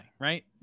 right